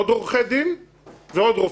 עוד עורכי דין ועוד רופאים.